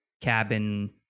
cabin